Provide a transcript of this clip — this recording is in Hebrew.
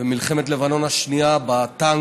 במלחמת לבנון השנייה, בטנק,